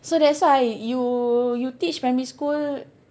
so that why I you you teach primary school